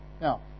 Now